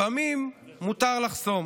לפעמים מותר לחסום.